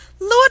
Lord